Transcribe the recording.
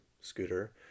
Scooter